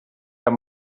herr